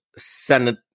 Senate